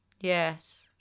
Yes